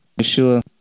Yeshua